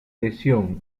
lesión